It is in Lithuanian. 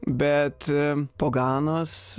bet po ganos